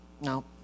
no